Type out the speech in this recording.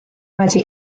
wedi